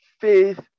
Faith